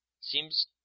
seems